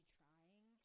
trying